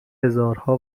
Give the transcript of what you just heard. هزارها